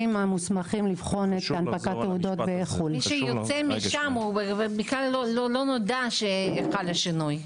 מי שיוצא משם, לא יודע שחל שינוי.